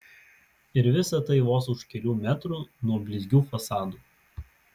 ir visa tai vos už kelių metrų nuo blizgių fasadų